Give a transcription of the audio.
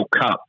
Cup